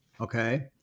Okay